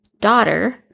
daughter